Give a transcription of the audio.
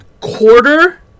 quarter